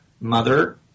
mother